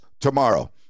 tomorrow